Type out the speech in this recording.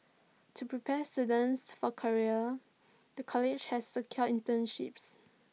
to prepare students for careers the college has secured internships